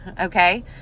Okay